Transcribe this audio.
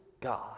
God